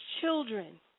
children